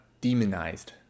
demonized